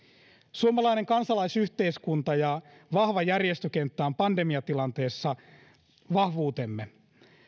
suomalainen kansalaisyhteiskunta ja vahva järjestökenttä on pandemiatilanteessa vahvuutemme